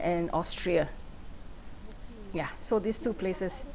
and austria yeah so these two places